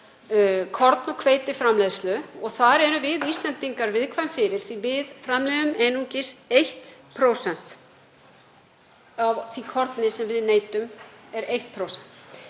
korn- og hveitiframleiðslu og þar erum við Íslendingar viðkvæm fyrir því að við framleiðum einungis 1% af því korni sem við neytum.